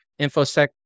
InfoSec